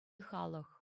халӑх